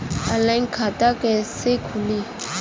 Online खाता कइसे खुली?